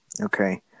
Okay